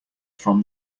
from